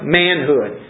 manhood